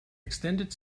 extended